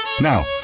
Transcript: Now